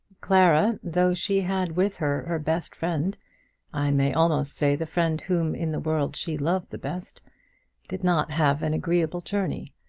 clara, though she had with her her best friend i may almost say the friend whom in the world she loved the best did not have an agreeable journey.